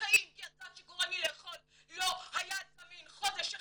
חיים כי הזן שגורם לי לאכול לא היה זמין חודש אחד.